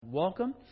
welcome